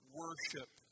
worship